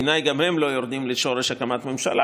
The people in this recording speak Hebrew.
בעיניי גם הם לא יורדים לשורש הקמת הממשלה